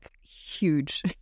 huge